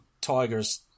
Tigers